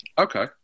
Okay